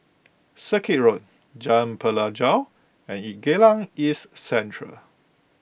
Circuit Road Jalan Pelajau and Geylang East Central